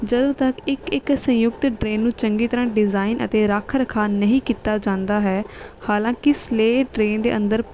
ਜਦੋਂ ਤੱਕ ਇੱਕ ਇੱਕ ਸੰਯੁਕਤ ਡਰੇਨ ਨੂੰ ਚੰਗੀ ਤਰ੍ਹਾਂ ਡਿਜ਼ਾਈਨ ਅਤੇ ਰੱਖ ਰਖਾਅ ਨਹੀਂ ਕੀਤਾ ਜਾਂਦਾ ਹੈ ਹਾਲਾਂਕਿ ਸਲੇਹ ਡਰੇਨ ਦੇ ਅੰਦਰ